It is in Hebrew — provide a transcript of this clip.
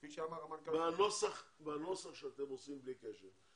כפי שאמר המנכ"ל --- בנוסח שאתם עושים בלי קשר,